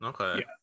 Okay